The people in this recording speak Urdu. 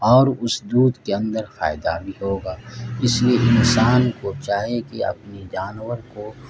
اور اس دودھ کے اندر فائدہ بھی ہوگا اس لیے انسان کو چاہے کہ اپنی جانور کو